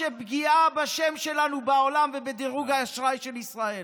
פגיעה בשם שלנו בעולם ובדירוג האשראי של ישראל.